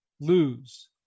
lose